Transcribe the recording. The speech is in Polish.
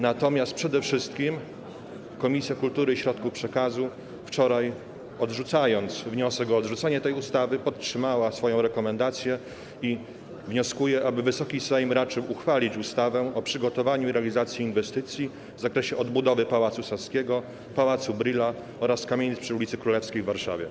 Natomiast przede wszystkim Komisja Kultury i Środków Przekazu wczoraj, odrzucając wniosek o odrzucenie tej ustawy, podtrzymała swoją rekomendację i wnioskuje, aby Wysoki Sejm raczył uchwalić ustawę o przygotowaniu i realizacji inwestycji w zakresie odbudowy Pałacu Saskiego, Pałacu Brühla oraz kamienic przy ulicy Królewskiej w Warszawie.